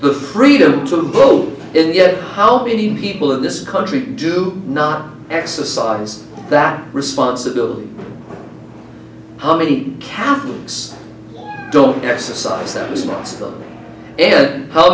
the freedom to vote and yet how many people in this country do not exercise that responsibility how many captains don't exercise that smarts and how